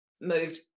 moved